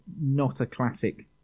not-a-classic